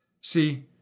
See